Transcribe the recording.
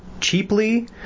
cheaply